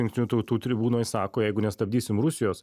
jungtinių tautų tribūnoj sako jeigu nestabdysim rusijos